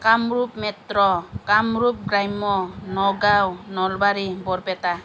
Kamrup metro Kamrup গ্ৰাম্য নগাঁও নলবাৰী বৰপেটা